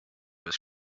his